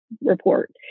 report